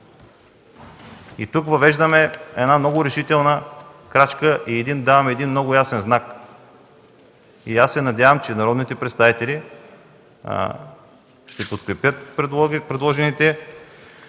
Тук въвеждаме една много решителна крачка и даваме много ясен знак. Надявам се, че народните представители ще подкрепят предложените